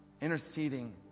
Interceding